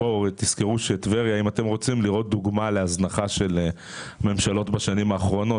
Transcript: אם אתם רוצים לראות דוגמה להזנחה של ממשלות בשנים האחרונות,